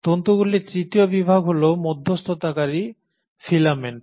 তন্তুগুলির তৃতীয় বিভাগ হল মধ্যস্থতাকারী ফিলামেন্ট